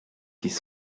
qu’ils